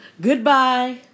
goodbye